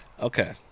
Okay